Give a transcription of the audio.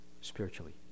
spiritually